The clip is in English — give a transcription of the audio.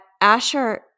Asher